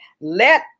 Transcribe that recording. Let